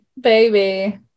Baby